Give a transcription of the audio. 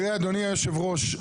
תראה אדוני יושב הראש,